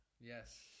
Yes